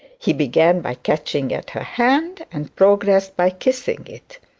he began by catching at her hand, and progressed by kissing it.